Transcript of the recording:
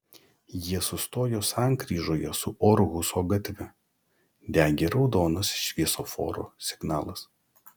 jie sustojo sankryžoje su orhuso gatve degė raudonas šviesoforo signalas